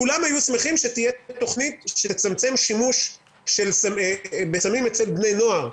כולם היו שמחים שתהיה תוכנית שתצמצם שימוש בסמים אצל בני נוער,